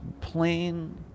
plain